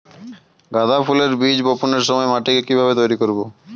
গাদা ফুলের বীজ বপনের সময় মাটিকে কিভাবে তৈরি করব?